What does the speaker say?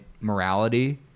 Morality